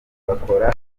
bakora